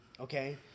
Okay